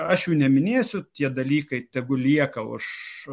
aš jų neminėsiu tie dalykai tegu lieka už